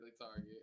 target